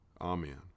Amen